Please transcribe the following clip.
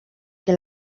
que